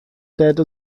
této